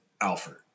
Alfred